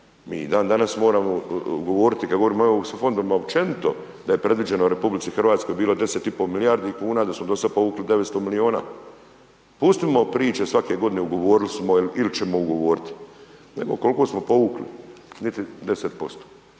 i dandanas moramo govoriti kad govorimo o europskim fondovima općenito da je predviđeno RH bilo 10,5 milijardi kuna, da smo do sad povukli 900 milijuna. Pustimo priče svake godine ugovorili ili ćemo ugovoriti nego koliko smo povukli. Niti 10%.